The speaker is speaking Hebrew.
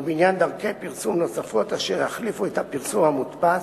ובעניין דרכי פרסום נוספות אשר יחליפו את הפרסום המודפס,